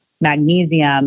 magnesium